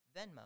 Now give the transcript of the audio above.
Venmo